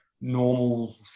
normal